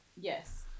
yes